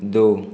दो